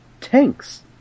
tanks